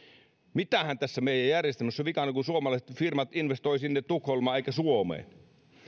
mitähän tässä meidän järjestelmässämme on vikana kun suomalaiset firmat investoivat sinne tukholmaan eivätkä suomeen